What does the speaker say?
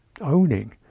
owning